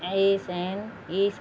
H N H